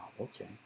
okay